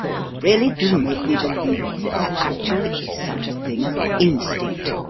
you really do make me believe that there actually is such a thing as instinct,